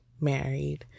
married